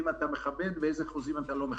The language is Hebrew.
אתה מכבד ואיזה חוזים אתה לא מכבד.